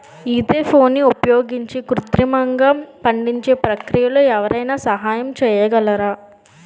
ఈథెఫోన్ని ఉపయోగించి కృత్రిమంగా పండించే ప్రక్రియలో ఎవరైనా సహాయం చేయగలరా?